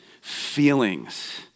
feelings